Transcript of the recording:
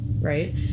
right